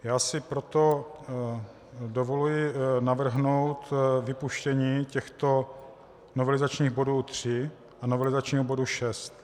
Já si proto dovoluji navrhnout vypuštění těchto novelizačních bodů 3 a novelizačního bodu 6.